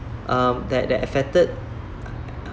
um that that affected